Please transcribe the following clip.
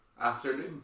afternoon